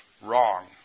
wrong